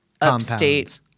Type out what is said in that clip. upstate